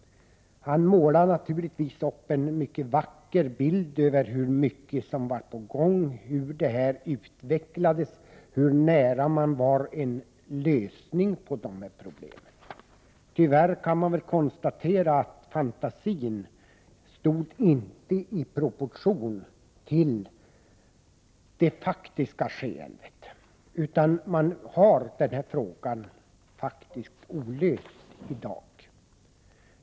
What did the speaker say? Han målade naturligtvis upp en mycket vacker bild av hur mycket som var på gång, hur detta utvecklades och hur nära man var en lösning på dessa problem. Tyvärr kan man konstatera att fantasin inte stod i proportion till den faktiska verkligheten, utan denna fråga är i dag olöst.